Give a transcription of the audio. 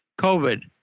COVID